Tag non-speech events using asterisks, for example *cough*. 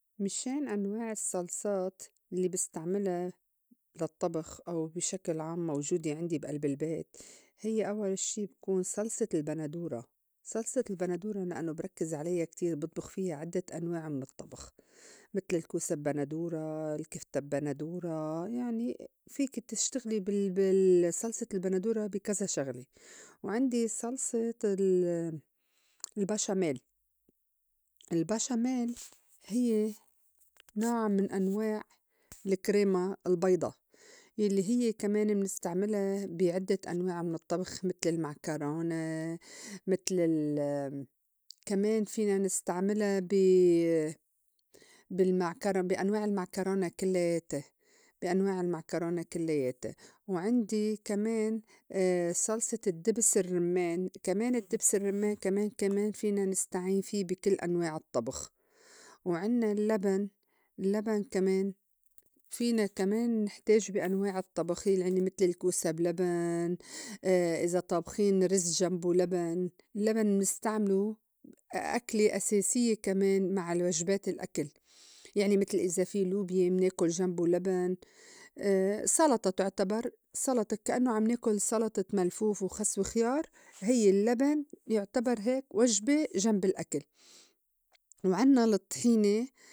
مِشان أنواع الصّلصات الّي بستعملا للطّبخ أو بي شكل عام موجودة عندي بألب البيت: هيّ أوّل شي تكون صلصة البندورة صلصة البندورة لإنّو بركّز عليّا كتير بطبخ فيّا عدّة أنواع من الطّبخ متل الكوسا بّندورة، الكِفتة بّندورة، يعني فيكي تشتغلي بال- بال صلصة البندورة بي كذا شغلة. وعندي صلصة ال- *noise* البشاميل- *noise* البشاميل هيّ *noise* نوع من أنواع الكريمة البيضا يلّي هيّ كمان منستعملا بي عدّة أنواع من الطّبخ متل المعكرونا متل ال- *hesitation* كمان فينا نِسْتعمِلا بي- بالمعكرو- بي أنواع المعكرونا كلّياتا بي أنواع المعكرونا كلّياتا. وعندي كمان *hesitation* صلصة الدّبس الرمّان كمان دبس الرمّان كمان- كمان فينا نستعين في بي كل أنواع الطّبخ. وعنّا اللّبن، اللّبن كمان *noise* فينا كمان نحتاج بي أنواع الطّبخ يعني متل الكوسا بلبن، *hesitation* إذا طابخين رز جنبو لبن الّبن منستعملو أكلي أساسيّة كمان مع الوجبات الأكل يعني متل إذا في لوبية مناكُل جنبو لبن. *hesitation* سلطة تُعتبر سلطة كأنّو عم ناكل سلطة ملفوف وخس وخيار هيّ *noise* اللّبن يُعتبر هيك وجبة جنب الأكل، *noise* وعنّا الطحينة.